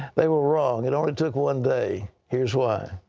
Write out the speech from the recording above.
they were wrong. it only took one day. here's why.